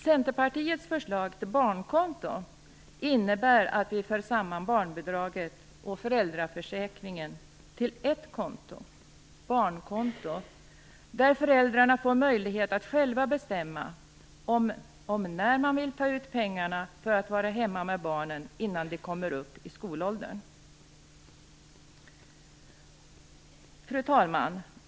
Centerpartiets förslag till barnkonto innebär att vi för samman barnbidraget och föräldraförsäkringen till ett konto, barnkonto, där föräldrarna får möjlighet att själva bestämma om när de vill ta ut pengarna för att vara hemma med barnen innan de kommer upp i skolåldern. Fru talman!